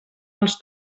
als